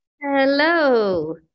Hello